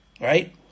right